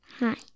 Hi